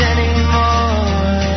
Anymore